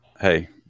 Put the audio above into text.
hey